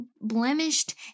blemished